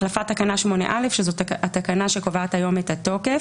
החלפת תקנה 8א, שזאת התקנה שקובעת היום את התוקף.